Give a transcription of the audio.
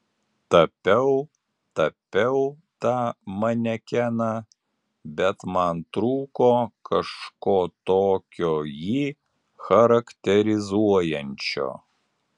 tapiau tapiau tą manekeną bet man trūko kažko tokio jį charakterizuojančio